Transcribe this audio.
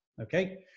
Okay